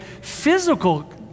physical